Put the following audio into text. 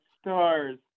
stars